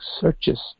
searches